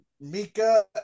Mika